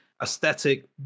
aesthetic